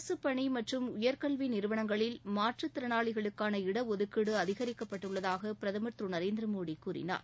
அரசு பணி மற்றும் உயர்கல்வி நிறுவனங்களில் மாற்று திறனாளிகளுக்கான இடஒதுக்கீடு அதிகரிக்கப்பட்டுள்ளதாக பிரதமர் திரு நரேந்திர மோடி கூறினார்